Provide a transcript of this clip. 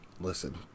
Listen